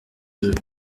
deux